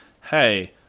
Hey